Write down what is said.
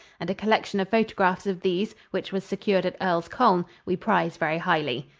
and a collection of photographs of these, which was secured at earl's colne, we prize very highly.